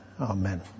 Amen